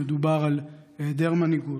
מדובר על היעדר מנהיגות,